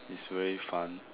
is very fun